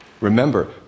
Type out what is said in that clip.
Remember